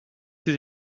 ses